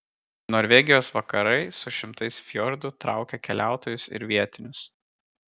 norvegijos vakarai su šimtais fjordų traukia keliautojus ir vietinius